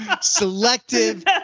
Selective